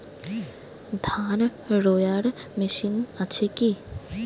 ধান রোয়ার মেশিন আছে কি?